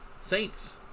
saints